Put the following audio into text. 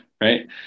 Right